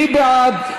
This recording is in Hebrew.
מי בעד?